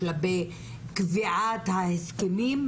בשלבי קביעת ההסכמים,